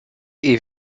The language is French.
est